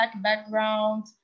background